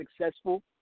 successful